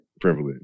privilege